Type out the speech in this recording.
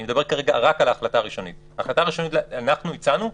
אני מדבר כרגע רק על ההחלטה הראשונית ואנחנו הצענו,